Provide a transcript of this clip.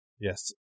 Yes